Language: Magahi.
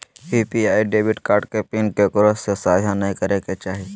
यू.पी.आई डेबिट कार्ड के पिन केकरो से साझा नइ करे के चाही